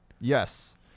Yes